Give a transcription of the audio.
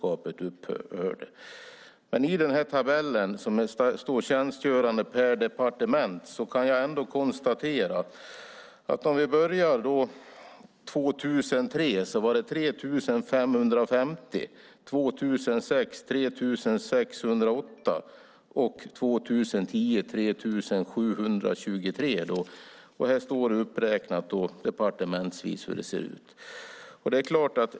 Jag kan konstatera att det i den tabell som jag refererat till under "Tjänstgörande per departement" står att de 2003 var 3 550, 2006 var de 3 608 och 2010 var antalet 3 723. Det redovisas alltså departementsvis hur det ser ut.